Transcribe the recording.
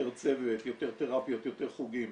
יותר צוות, יותר תראפיות, יותר חוגים.